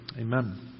Amen